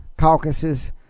caucuses